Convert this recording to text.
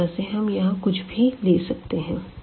इस तरह से हम यहाँ कुछ भी ले सकते हैं